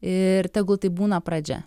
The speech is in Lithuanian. ir tegu tai būna pradžia